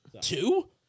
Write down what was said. Two